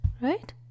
Right